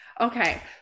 Okay